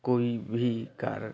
कोई भी कारण